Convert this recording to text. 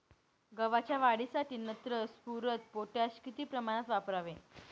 गव्हाच्या वाढीसाठी नत्र, स्फुरद, पोटॅश किती प्रमाणात वापरावे?